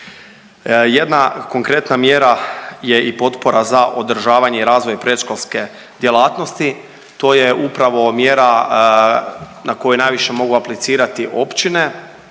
Jedna konkretna mjera je i potpora za održavanje i razvoj predškolske djelatnosti, to je upravo mjera na koju najviše mogu aplicirati općine,